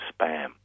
spam